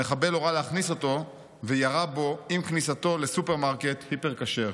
המחבל הורה להכניס אותו וירה בו עם כניסתו לסופרמרקט "היפר כשר".